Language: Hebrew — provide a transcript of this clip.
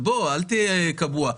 אל תהיה קבוע,